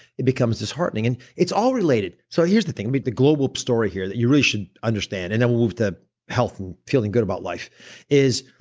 it becomes disheartening. and it's all related. so here's the thing, but the global story here that you really should understand and then we'll move to health and feeling good about life is,